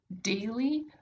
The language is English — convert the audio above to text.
Daily